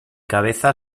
cabeza